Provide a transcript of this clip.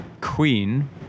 Queen